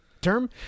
term